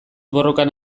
borrokan